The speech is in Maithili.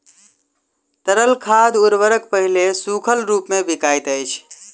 तरल खाद उर्वरक पहिले सूखल रूपमे बिकाइत अछि